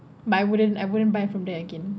but I wouldn't I wouldn't buy from there again